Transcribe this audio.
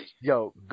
Yo